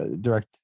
direct